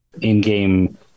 in-game